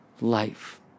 life